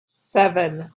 seven